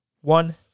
one